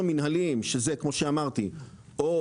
שזה כמו שאמרתי או